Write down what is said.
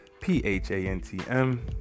p-h-a-n-t-m